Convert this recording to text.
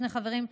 שני חברים,